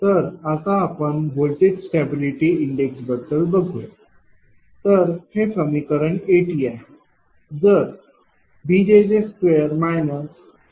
तर आता आपण व्होल्टेज स्टॅबिलिटी इंडेक्स बद्दल बघूया तर हे समीकरण 80 आहे